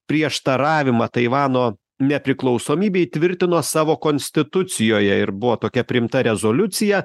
prieštaravimą taivano nepriklausomybę įtvirtino savo konstitucijoje ir buvo tokia priimta rezoliucija